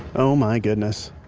oh my goodness.